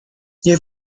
nie